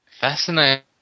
Fascinating